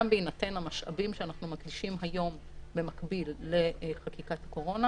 גם בהינתן המשאבים שאנחנו מקדישים היום במקביל לחקיקת הקורונה,